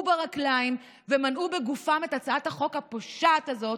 ברגליים ומנעו בגופם את הצעת החוק הפושעת הזאת,